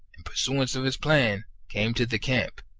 in pur suance of his plan, came to the camp,